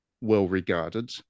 well-regarded